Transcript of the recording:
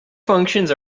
functions